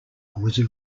was